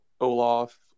Olaf